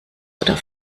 oder